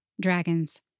Dragons